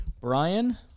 Brian